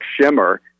Shimmer